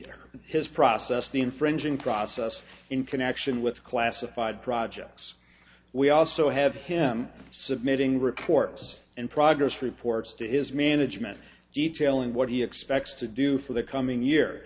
for his process the infringing process in connection with classified projects we also have him submitting reports and progress reports to his management detailing what he expects to do for the coming year